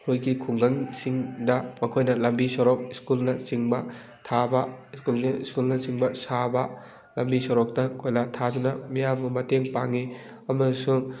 ꯑꯩꯈꯣꯏꯒꯤ ꯈꯨꯡꯒꯪ ꯁꯤꯡꯗ ꯃꯈꯣꯏꯅ ꯂꯝꯕꯤ ꯁꯣꯔꯣꯛ ꯁ꯭ꯀꯨꯜꯅ ꯆꯤꯡꯕ ꯊꯥꯕ ꯁ꯭ꯀꯨꯜꯅ ꯁ꯭ꯀꯨꯜꯅ ꯆꯤꯡꯕ ꯁꯥꯕ ꯂꯝꯕꯤ ꯁꯣꯔꯣꯛꯇ ꯀꯣꯏꯂꯥ ꯊꯥꯗꯨꯅ ꯃꯤꯌꯥꯝꯕꯨ ꯃꯇꯦꯡ ꯄꯥꯡꯉꯤ ꯑꯃꯁꯨꯡ